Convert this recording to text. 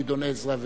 גדעון עזרא,